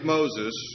Moses